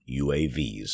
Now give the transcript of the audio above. UAVs